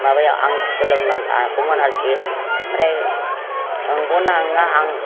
माबायाव आं सोलोंनानै लागौमोन आरोखि ओमफ्राय नंगौना नङा आं